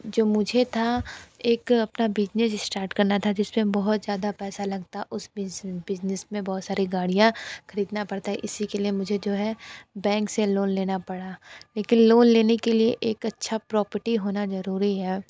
जो मुझे था एक अपना बिज़नेस स्टार्ट करना था जिसमें बहुत ज़्यादा पैसा लगता उस बिज़नेस में बहुत सारी गाड़ियाँ ख़रीदना पड़ता है इसी के लिए मुझे जो है बैंक से लोन लेना पड़ा लेकिन लोन लेने के लिए एक अच्छा प्रॉपर्टी होना ज़रूरी है